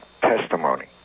testimony